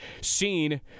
seen